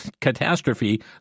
catastrophe